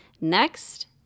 Next